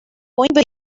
with